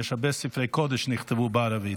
יש הרבה ספרי קודש שנכתבו בערבית.